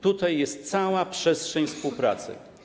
Tutaj jest cała przestrzeń do współpracy.